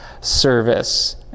service